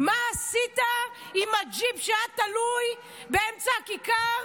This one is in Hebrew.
מה עשית עם הג'יפ שהיה תלוי באמצע הכיכר?